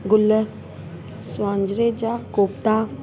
गुल स्वांजरे जा कोफ्ता